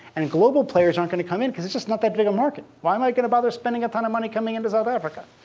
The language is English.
and global players aren't going to come in, because it's just not that big a market. why am i going to bother spending a ton of money coming in to south africa?